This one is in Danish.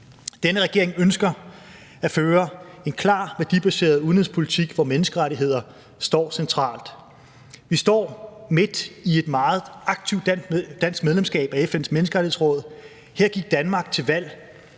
Denne regering ønsker at føre en klar værdibaseret udenrigspolitik, hvor menneskerettigheder står centralt. Vi står midt i et meget aktivt dansk medlemskab af FN's Menneskerettighedsråd. Her gik Danmark til valg